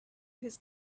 his